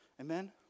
Amen